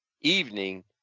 evening